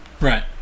Right